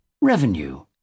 revenue